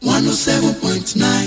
107.9